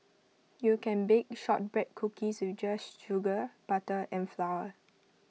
you can bake Shortbread Cookies with just sugar butter and flour